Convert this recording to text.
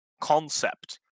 concept